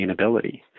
sustainability